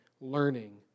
learning